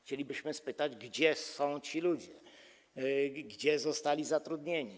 Chcielibyśmy spytać, gdzie są ci ludzie, gdzie zostali zatrudnieni.